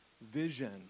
vision